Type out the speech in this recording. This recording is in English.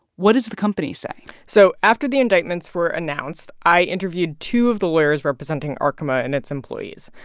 what does the company say? so after the indictments were announced, i interviewed two of the lawyers representing arkema and its employees.